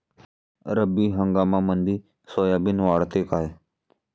रब्बी हंगामामंदी सोयाबीन वाढते काय?